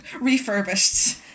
refurbished